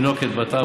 תינוקת בת ארבע,